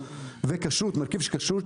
ויש מרכיב כשרות,